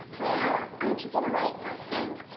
well? aren't you gonna write something?